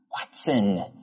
Watson